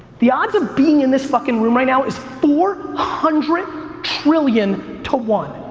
the odds of being in this fuckin' room right now is four hundred trillion to one.